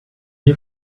you